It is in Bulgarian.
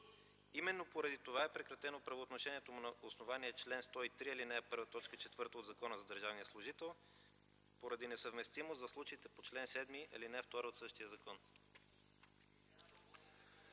Именно поради това е прекратено правоотношението му на основание чл. 103, ал. 1, т. 4 от Закона за държавния служител – поради несъвместимост в случаите по чл. 7, ал. 2 от същия закон.